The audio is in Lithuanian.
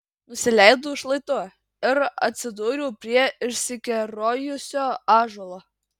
nusileidau šlaitu ir atsidūriau prie išsikerojusio ąžuolo